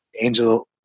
angel